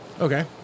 okay